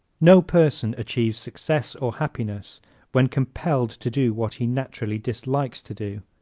no person achieves success or happiness when compelled to do what he naturally dislikes to do.